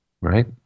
right